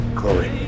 Chloe